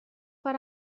per